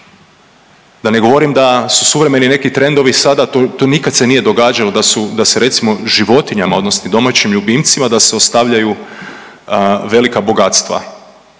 da ne govorim da su suvremeni neki trendovi sada, to nikad se nije događalo da se recimo životinjama odnosno domaćim ljubimcima da se ostavljaju velika bogatstva.